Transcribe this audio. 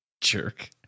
Jerk